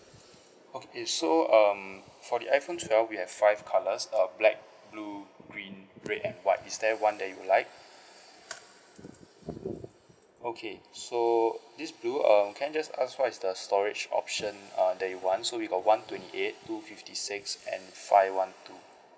okay so um for the iphone twelve we have five colours uh black blue green red and white is there one that you would like okay so this blue um can I just ask what's the storage option uh that you want so we got one twenty eight two fifty six and five one two